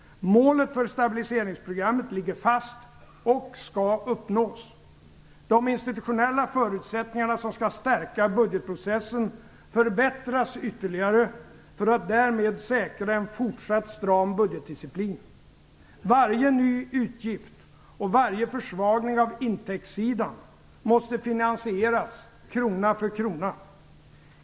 Målen för stabiliseringsprogrammet ligger fast och skall uppnås. De institutionella förutsättningarna, som skall stärka budgetprocessen, förbättras ytterligare för att därmed säkra en fortsatt stram budgetdisciplin. Varje ny utgift och varje försvagning av intäktssidan måste finansieras krona för krona.